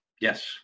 Yes